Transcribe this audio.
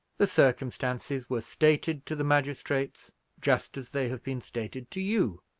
the circumstances were stated to the magistrates just as they have been stated to you.